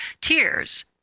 tears